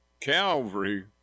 Calvary